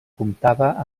comptava